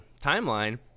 timeline